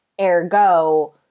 Ergo